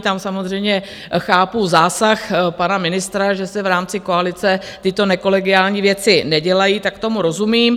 Tam samozřejmě chápu zásah pana ministra, že se v rámci koalice tyto nekolegiální věci nedělají, tak tomu rozumím.